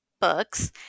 books